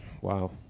wow